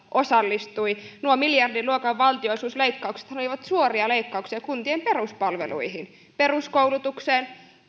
osallistui nuo miljardiluokan valtionosuusleikkauksethan olivat suoria leikkauksia kuntien peruspalveluihin peruskoulutukseen